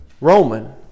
Roman